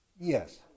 Yes